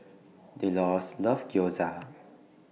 Delores loves Gyoza